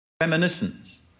reminiscence